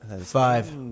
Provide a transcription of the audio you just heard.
five